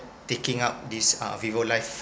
taking up this uh vivo life